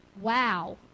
wow